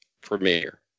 premiere